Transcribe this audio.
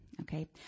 Okay